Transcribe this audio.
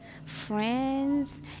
Friends